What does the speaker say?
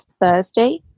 Thursday